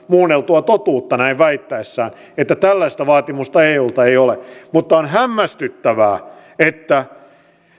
muunneltua totuutta näin väittäessään että tällaista vaatimusta eulta ei ole mutta on hämmästyttävää että